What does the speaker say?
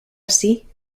ací